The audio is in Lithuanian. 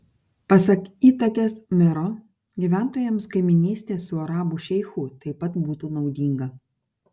pasak itakės mero gyventojams kaimynystė su arabų šeichu taip pat būtų naudinga